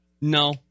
No